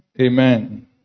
amen